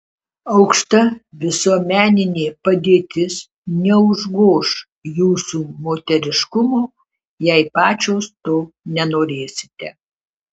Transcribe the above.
aukšta visuomeninė padėtis neužgoš jūsų moteriškumo jei pačios to nenorėsite